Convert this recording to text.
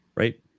Right